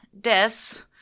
deaths